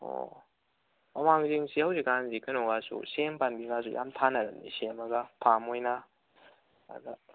ꯑꯣ ꯑꯋꯥꯡꯁꯤꯡ ꯍꯧꯖꯤꯛꯀꯥꯟꯗꯤ ꯀꯩꯅꯣꯒꯁꯨ ꯁꯦꯝ ꯄꯥꯝꯕꯤꯒꯁꯨ ꯌꯥꯝ ꯊꯥꯅꯔꯕꯅꯤ ꯁꯦꯝꯃꯒ ꯐꯥꯝ ꯑꯣꯏꯅ ꯑꯗ